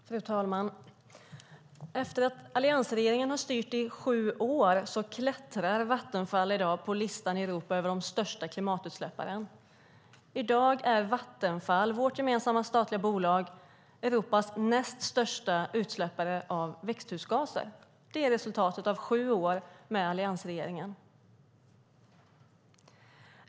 Fru talman! Efter att alliansregeringen har styrt i sju år klättrar Vattenfall i dag på listan i Europa över de företag som har de största klimatutsläppen. I dag är Vattenfall - vårt gemensamma statliga bolag - det nästa största bolaget i Europa när det gäller utsläpp av växthusgaser. Det är resultatet av sju år med alliansregeringen.